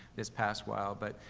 this past while. but,